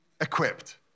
equipped